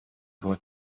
было